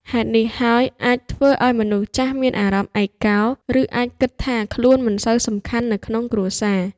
ហេតុនេះហើយ អាចធ្វើឱ្យមនុស្សចាស់មានអារម្មណ៍ឯកោ ឬអាចគិតថាខ្លួនមិនសូវសំខាន់នៅក្នុងគ្រួសារ។